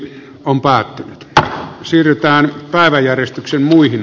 compaq q siirtää nuorisotyöttömyyden ohella